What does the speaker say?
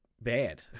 bad